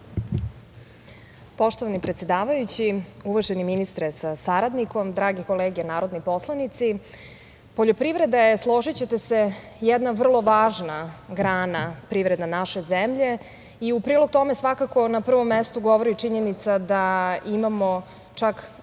Poštovani predsedavajući, uvaženi ministre sa saradnikom, drage kolege narodni poslanici, poljoprivreda je, složićete se, jedna vrlo važna grana privrede naše zemlje. U prilog tome svakako na prvom mestu govori činjenica da imamo čak